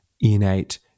innate